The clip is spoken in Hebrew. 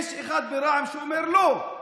יש אחד ברע"מ שאומר לא.